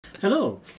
Hello